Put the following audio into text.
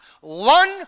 One